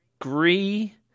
agree